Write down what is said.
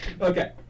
Okay